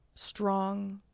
strong